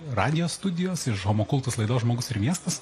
radijo studijos iš homo kultas laidos žmogus ir miestas